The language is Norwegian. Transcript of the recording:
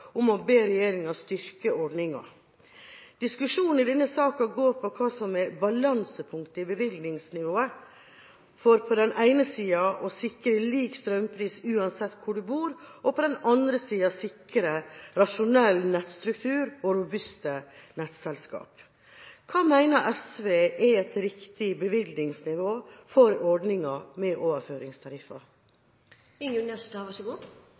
om å be regjeringa styrke ordninga. Diskusjonen i denne saken går på hva som er balansepunktet i bevilgningsnivået, for på den ene sida å sikre lik strømpris uansett hvor du bor, og på den andre sida å sikre rasjonell nettstruktur og robuste nettselskaper. Hva mener SV er et riktig bevilgningsnivå for ordninga med